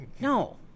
No